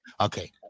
Okay